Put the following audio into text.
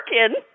working